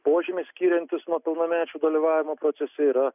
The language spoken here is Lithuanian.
požymis skiriantis nuo pilnamečių dalyvavimo procese yra